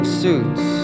suits